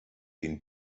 den